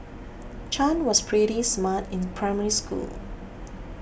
Chan was pretty smart in Primary School